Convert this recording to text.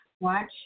Watch